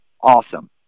awesome